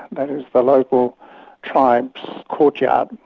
that is, the local tribes' courtyard,